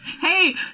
hey